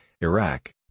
Iraq